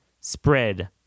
spread